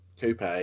coupe